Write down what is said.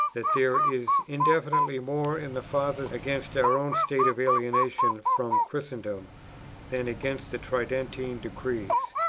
that there is indefinitely more in the fathers against our own state of alienation from christendom than against the tridentine decrees.